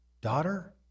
daughter